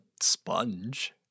sponge